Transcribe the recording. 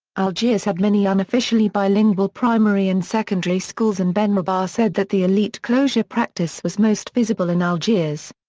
algiers had many unofficially bilingual primary and secondary schools and benrabah said that the elite closure practice was most visible in algiers.